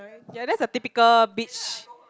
ya that's the typically beach